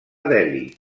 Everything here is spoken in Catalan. delhi